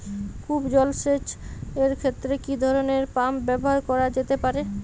কূপ জলসেচ এর ক্ষেত্রে কি ধরনের পাম্প ব্যবহার করা যেতে পারে?